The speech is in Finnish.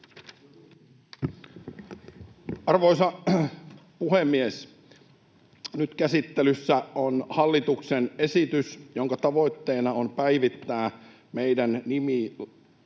Arvoisa puhemies! Nyt käsittelyssä on hallituksen esitys, jonka tavoitteena on päivittää meidän